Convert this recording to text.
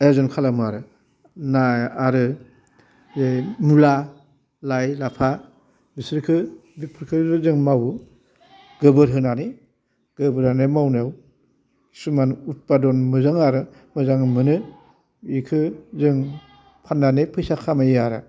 आयजन खालामो आरो ना आरो मुला लाइ लाफा बिसोरखो बिफोरखौ जों मावयो गोबोर होनानै गोबोरानो मावनायाव सुमान उप्पादन मोजां आरो मोजां मोनो इखो जों फान्नानै फैसा खामायो आरो